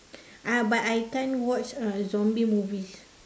ah but I can't watch uh zombie movies